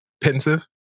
pensive